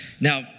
Now